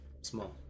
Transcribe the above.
small